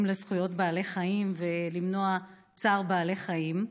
לזכויות בעלי חיים ולמניעת צער בעלי חיים,